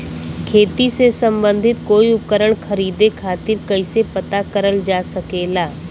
खेती से सम्बन्धित कोई उपकरण खरीदे खातीर कइसे पता करल जा सकेला?